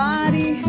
Body